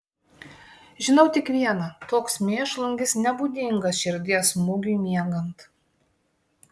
žinau tik viena toks mėšlungis nebūdingas širdies smūgiui miegant